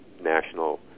national